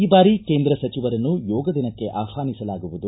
ಈ ಬಾರಿ ಕೇಂದ್ರ ಸಚಿವರನ್ನು ಯೋಗ ದಿನಕ್ಕೆ ಆಹ್ವಾನಿಸಲಾಗುವುದು